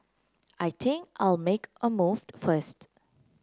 I think I'll make a moved first